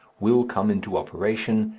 will come into operation,